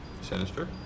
sinister